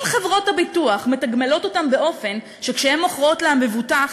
אם חברות הביטוח מתגמלות אותם באופן שכשהן מוכרות למבוטח